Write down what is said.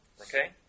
Okay